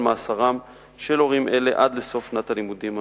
מאסרם של הורים אלה עד סוף שנת הלימודים הנוכחית.